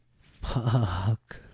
Fuck